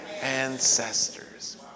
ancestors